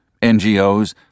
NGOs